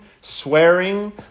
swearing